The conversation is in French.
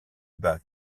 bat